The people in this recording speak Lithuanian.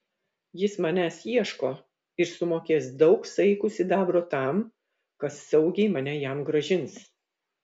jis manęs ieško ir sumokės daug saikų sidabro tam kas saugiai mane jam grąžins